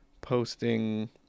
posting